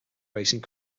racing